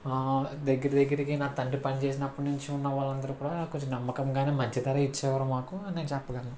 దగ్గర దగ్గరకి నా తండ్రి పనిచేసినప్పుడు నుంచి ఉన్న వాళ్ళు అందరు కూడా కొంచెం నమ్మకంగా మంచి ధర ఇచ్చేవారు మాకు అని నేను చెప్పగలను